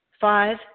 Five